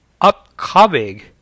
upcoming